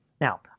Now